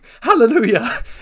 Hallelujah